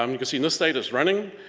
um you can see this state is running,